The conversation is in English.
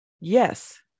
yes